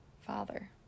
father